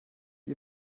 ihr